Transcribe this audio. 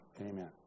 Amen